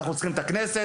אנחנו צריכים את הכנסת,